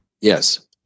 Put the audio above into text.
Yes